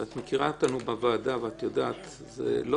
את מכירה אותנו בוועדה ואת יודעת שלא